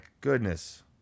goodness